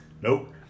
Nope